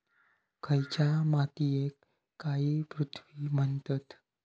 खयच्या मातीयेक काळी पृथ्वी म्हणतत?